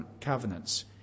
covenants